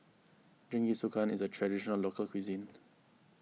Jingisukan is a Traditional Local Cuisine